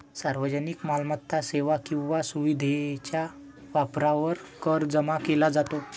सार्वजनिक मालमत्ता, सेवा किंवा सुविधेच्या वापरावर कर जमा केला जातो